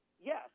yes